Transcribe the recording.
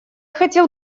хотел